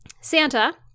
Santa